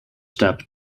step